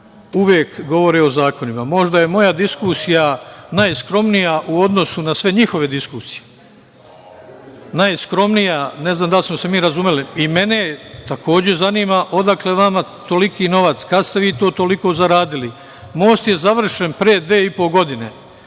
Uvek govore o zakonima. Možda je moja diskusija najskromnija u odnosu na sve njihove diskusije. Ne znam da li smo se razumeli. Mene takođe zanima odakle vama toliko novac, kada ste toliko zaradili? Most je završen pre dve i po godine.